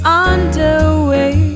underway